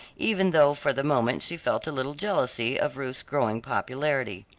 even though for the moment she felt a little jealousy of ruth's growing popularity.